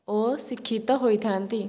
ଓ ଶିକ୍ଷିତ ହୋଇଥାନ୍ତି